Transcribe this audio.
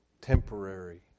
temporary